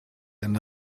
and